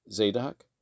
Zadok